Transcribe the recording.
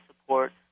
support